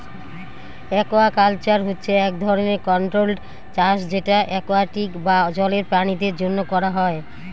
aquaculture হচ্ছে এক ধরনের কন্ট্রোল্ড চাষ যেটা একুয়াটিক বা জলের প্রাণীদের জন্য করা হয়